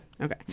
Okay